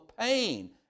pain